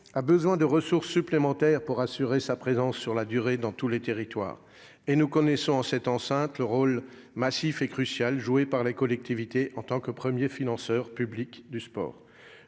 a besoin de ressources supplémentaires pour assurer sa présence sur la durée dans tous les territoires. Nous connaissons, dans cette enceinte, le rôle massif et crucial joué par collectivités en tant que premiers financeurs publics du sport.